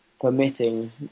permitting